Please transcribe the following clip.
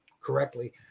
correctly